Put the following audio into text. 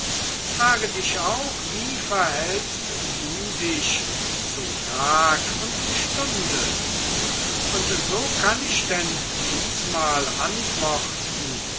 frage dich auch wie verhältst du dich zu tag und stunde und so kann ich denn diesmal antworten